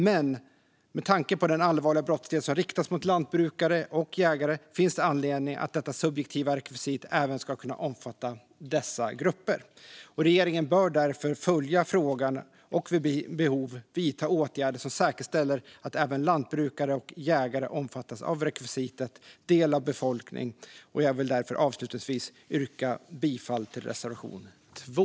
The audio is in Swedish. Men med tanke på den allvarliga brottslighet som riktas mot lantbrukare och jägare finns det anledning att detta subjektiva rekvisit även ska kunna omfatta dessa grupper. Regeringen bör därför följa frågan och vid behov vidta åtgärder som säkerställer att även lantbrukare och jägare omfattas av rekvisitet "del av en befolkning". Jag vill därför avslutningsvis yrka bifall till reservation 2.